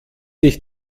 dich